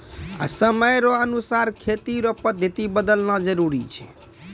समय रो अनुसार खेती रो पद्धति बदलना जरुरी छै